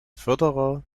förderer